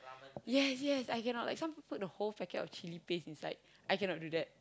yes yes I can not like some people put the whole packet of chilli paste inside I can not do that